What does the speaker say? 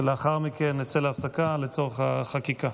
לאחר מכן נצא להפסקה לצורך החקיקה.